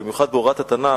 במיוחד בהוראת התנ"ך,